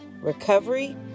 recovery